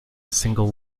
single